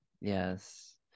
yes